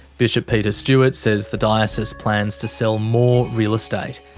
bishop peter stuart says the diocese plans to sell more real estate.